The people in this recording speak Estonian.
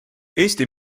eesti